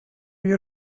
you